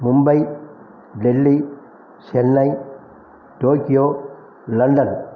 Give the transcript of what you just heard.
Mumbai Delhi Chennai Tokyo London